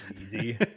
Easy